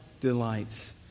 delights